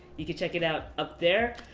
you can check it out up there.